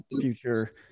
future